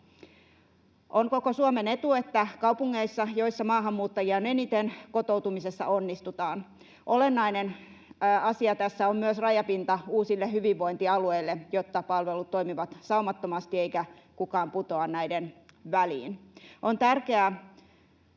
On koko Suomen etu, että kaupungeissa, joissa maahanmuuttajia on eniten, kotoutumisessa onnistutaan. Olennainen asia tässä on myös rajapinta uusille hyvinvointialueille, jotta palvelut toimivat saumattomasti eikä kukaan putoa näiden väliin. On tärkeää